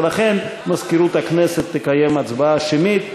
ולכן מזכירת הכנסת תקיים הצבעה שמית.